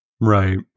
Right